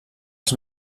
els